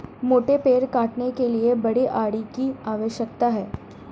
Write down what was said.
मोटे पेड़ काटने के लिए बड़े आरी की आवश्यकता है